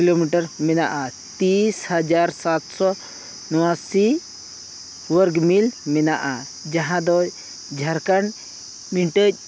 kilometre ᱢᱮᱱᱟᱜᱼᱟ ᱛᱤᱥ ᱦᱟᱡᱟᱨ ᱥᱟᱛᱥᱚ ᱩᱱᱚᱟᱥᱤ ᱳᱣᱚᱨᱜᱽ ᱢᱤᱞ ᱢᱮᱱᱟᱜᱼᱟ ᱡᱟᱦᱟᱸ ᱫᱚ ᱡᱷᱟᱲᱠᱷᱚᱸᱰ ᱢᱤᱴᱟᱹᱡ